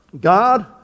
God